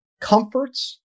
comforts